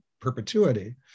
perpetuity